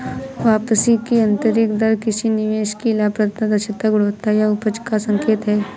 वापसी की आंतरिक दर किसी निवेश की लाभप्रदता, दक्षता, गुणवत्ता या उपज का संकेत है